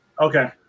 Okay